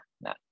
nah